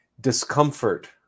discomfort